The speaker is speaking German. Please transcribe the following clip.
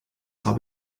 habe